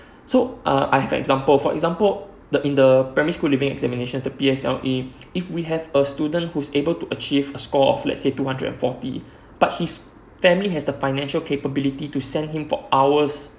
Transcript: so uh I have example for example the in the primary school leaving examination P_S_L_E if we have a student who's able to achieve a score of let say two hundred and forty but hiss family have financial capability to send him for hours